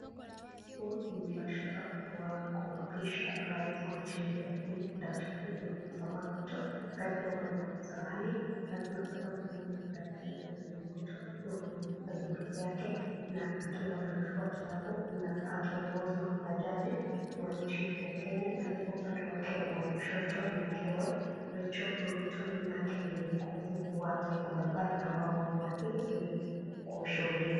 Huu ni mbashara wa kumapisha rais wa nchi yetu ya Kenya Daktari William Samoei Ruto katika uwanja wa kasarani na tunapata kumuona Daktari William Ruto akiwa amebeba bibilia yake na akiwa anachukua kiapo na akiongozwa na jaji wa nchi yetu ya Kenya, katika upande wake wa kushoto ni mkewe Rechael Ruto na nyuma yake ni viongozi wa taifa mbalimbali ambao wamewasili ili kushuhudia.